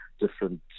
different